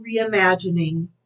reimagining